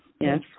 Yes